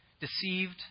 deceived